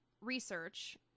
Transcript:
research